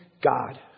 God